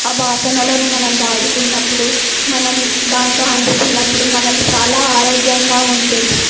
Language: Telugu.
అ భాసనలను మనం వాడుకున్నప్పుడు మనం దాంట్లో వండుకున్నప్పుడు మనకు చాలా ఆరోగ్యంగా ఉంటుంది